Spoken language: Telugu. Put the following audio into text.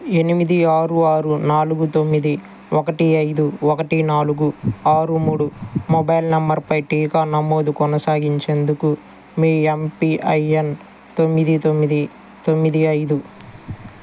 ఎనిమిది ఆరు ఆరు నాలుగు తొమ్మిది ఒకటి ఐదు ఒకటి నాలుగు ఆరు మూడు మొబైల్ నంబరుపై టీకా నమోదు కొనసాగించేందుకు మీ ఎంపిఐఎన్ తొమ్మిది తొమ్మిది తొమ్మిది ఐదు